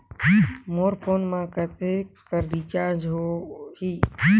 मोर phone मा कतेक कर रिचार्ज हो ही?